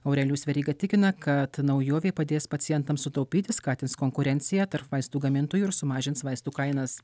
aurelijus veryga tikina kad naujovė padės pacientams sutaupyti skatins konkurenciją tarp vaistų gamintojų ir sumažins vaistų kainas